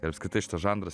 ir apskritai šitas žanras